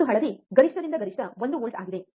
ಮತ್ತು ಹಳದಿ ಗರಿಷ್ಠದಿಂದ ಗರಿಷ್ಠ 1 ವೋಲ್ಟ್ ಆಗಿದೆ